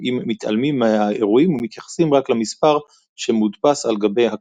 אם מתעלמים מהאירועים ומתייחסים רק למספר שמודפס על גבי הקלף.